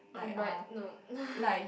but no